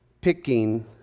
picking